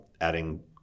adding